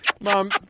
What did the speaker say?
mom